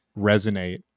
resonate